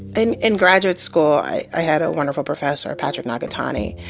and in graduate school, i i had a wonderful professor, patrick nagatani,